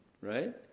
right